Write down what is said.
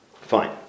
Fine